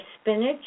spinach